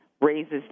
raises